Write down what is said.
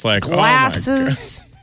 glasses